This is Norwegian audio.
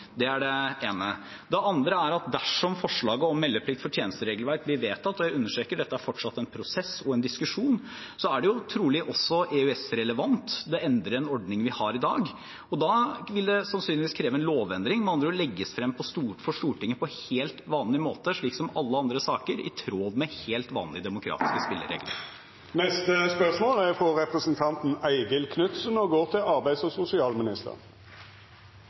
Det er det ene. Det andre er at dersom forslaget om meldeplikt for tjenesteregelverk blir vedtatt – og jeg understreker, dette er fortsatt en prosess og en diskusjon – er det trolig også EØS-relevant. Det endrer en ordning vi har i dag. Da vil det sannsynligvis kreve en lovendring, med andre ord legges frem for Stortinget på helt vanlig måte, slik som alle andre saker, i tråd med helt vanlige demokratiske spilleregler. Jeg tillater meg å stille følgende spørsmål til arbeidsministeren: «Riksrevisjonens rapport om Petroleumstilsynets oppfølging av helse, miljø og